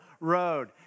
Road